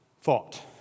fought